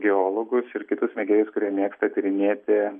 geologus ir kitus mėgėjus kurie mėgsta tyrinėti